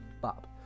Bob